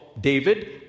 David